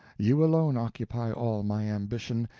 you alone occupy all my ambition,